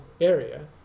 area